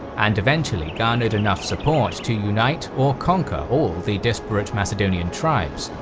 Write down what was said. and eventually, garnered enough support to unite or conquer all the disparate macedonian tribes.